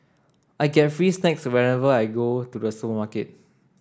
I get free snacks whenever I go to the supermarket